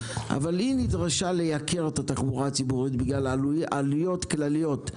אבל מאחר שנדרשו לייקר את הנסיעה בתחבורה הציבורית בגלל עלויות כלליות,